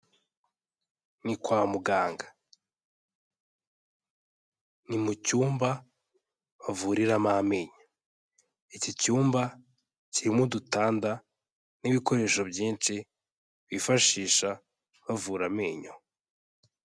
Ni kwa muganga, ni mu cyumba bavuriramo amenyo, iki cyumba kirimo udutanda n'ibikoresho byinshi bifashisha bavura amenyo.